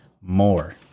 more